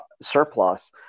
surplus